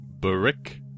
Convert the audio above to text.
Brick